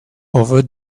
over